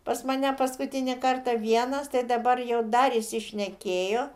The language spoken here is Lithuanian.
pas mane paskutinį kartą vienas tai dabar jau darėsi šnekėjo